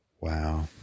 wow